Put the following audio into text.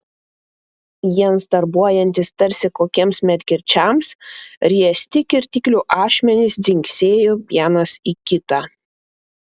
jiems darbuojantis tarsi kokiems medkirčiams riesti kirtiklių ašmenys dzingsėjo vienas į kitą